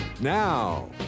Now